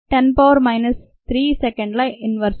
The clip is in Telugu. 37 10 పవర్ మైనస్ 3 సెకండ్ ల "ఇన్వర్స్" కి మారుతుంది